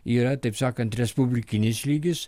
yra taip sakant respublikinis lygis